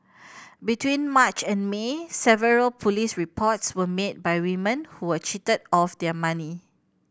between March and May several police reports were made by women who were cheated of their money